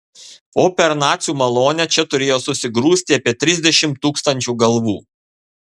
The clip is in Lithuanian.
o per nacių malonę čia turėjo susigrūsti apie trisdešimt tūkstančių galvų